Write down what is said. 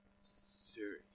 Siri